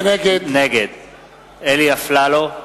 נגד אלי אפללו,